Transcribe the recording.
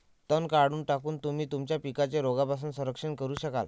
तण काढून टाकून, तुम्ही तुमच्या पिकांचे रोगांपासून संरक्षण करू शकाल